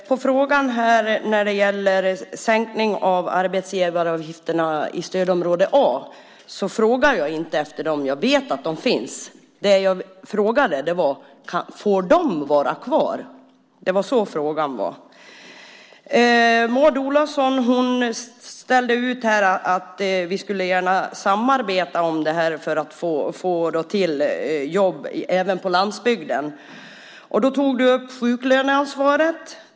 Herr talman! När det gäller sänkning av arbetsgivaravgifterna i stödområde A frågar jag inte efter dem. Jag vet att de finns. Jag frågade om de får vara kvar. Det var så frågan var. Maud Olofsson ställde i utsikt att vi skulle samarbeta om det här för att få till jobb även på landsbygden. Hon tog upp sjuklöneansvaret.